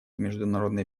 международной